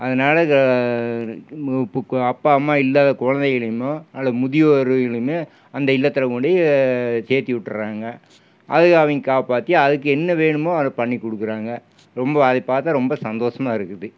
அதனால இப்போ அப்பா அம்மா இல்லாத குழந்தைகளயுமும் அல்லது முதியோர்களையுமே அந்த இல்லத்தில் கொண்டு சேர்த்தி விட்டுடுறாங்க அது அவங்க காப்பாற்றி அதுக்கு என்ன வேணுமோ அதை பண்ணி கொடுக்குறாங்க ரொம்ப அது பார்த்தா ரொம்ப சந்தோஷமா இருக்குது